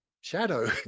shadow